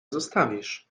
zostawisz